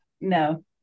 No